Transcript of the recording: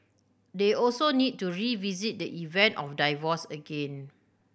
they also need to revisit the event of divorce again